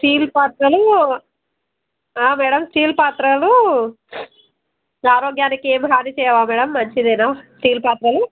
steel పాత్రలు madam steel పాత్రలు ఆరోగ్యానికి ఏమి హాని చేయవా మేడం మంచిదేనా స్టీల్ పాత్రలు